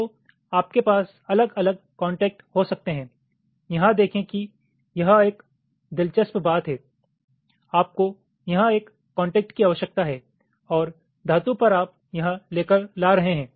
तो आपके पास अलग अलग कॉन्टेक्ट हो सकते हैं यहां देखें कि यहां एक दिलचस्प बात है आपको यहां एक कॉन्टेक्ट की आवश्यकता है और धातु पर आप यहां लेकर ला रहे हैं